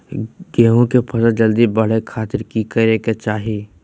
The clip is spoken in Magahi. गेहूं के फसल जल्दी बड़े खातिर की करे के चाही?